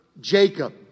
Jacob